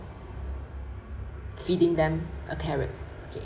feeding them a carrot okay